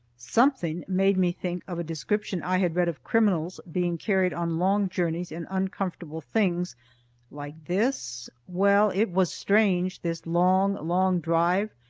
something made me think of a description i had read of criminals being carried on long journeys in uncomfortable things like this? well, it was strange this long, long drive,